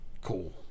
cool